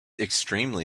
extremely